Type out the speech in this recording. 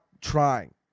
trying